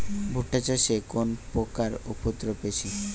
ভুট্টা চাষে কোন পোকার উপদ্রব বেশি?